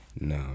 No